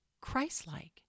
Christ-like